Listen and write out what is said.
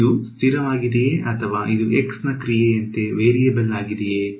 ಇದು ಸ್ಥಿರವಾಗಿದೆಯೇ ಅಥವಾ ಇದು x ನ ಕ್ರಿಯೆಯಂತೆ ವೇರಿಯೇಬಲ್ ಆಗಿದೆಯೇ